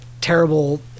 terrible